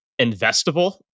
investable